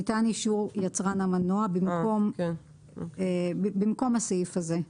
ניתן אישור יצרן המנוע במקום הסעיף הזה,